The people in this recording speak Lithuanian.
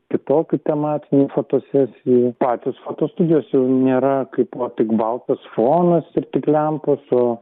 kitokių tematinių fotosesijų patys fotostudijose jau nėra kaip o tik baltas fonas ir tik lempos su